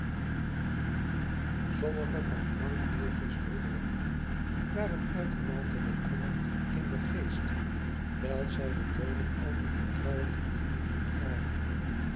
sommigen van frank milvey's broederen waren uitermate bekommerd in den geest wijl zij de dooden al te vertrouwend hadden moeten begraven